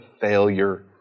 failure